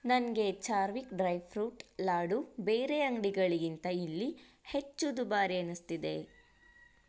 ನನಗೆ Charvik dry fruit laddu ಬೇರೆ ಅಂಗಡಿಗಳಿಗಿಂತ ಇಲ್ಲಿ ಹೆಚ್ಚು ದುಬಾರಿ ಅನ್ನಿಸ್ತಿದೆ